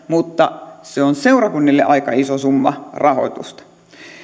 mutta se on seurakunnille aika iso summa rahoitusta